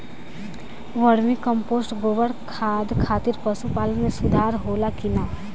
Vermi compost गोबर खाद खातिर पशु पालन में सुधार होला कि न?